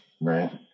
right